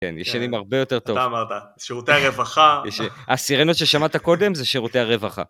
כן, ישנים הרבה יותר טוב. אתה אמרת, שירותי הרווחה. הסירנות ששמעת קודם זה שירותי הרווחה.